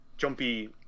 jumpy